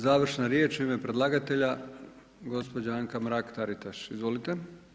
Završna riječ u ime predlagatelja gospođa Anka Mrak Taritaš, izvolite.